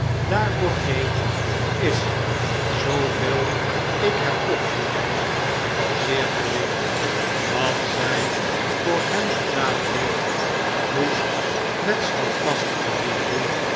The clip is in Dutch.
daarvoor geeft is zooveel ik heb opgemerkt al zeer gering wat zij voor hem gedaan heeft moest met standvastige liefde